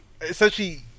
Essentially